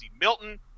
Milton